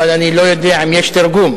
אבל אני לא יודע אם יש תרגום.